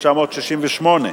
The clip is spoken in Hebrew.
התשכ"ח 1968,